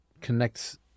connects